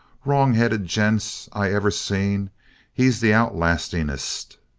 wrong-headed gents i ever seen he's the outlastingest.